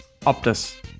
Optus